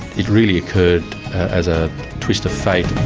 it really occurred as a twist of fate.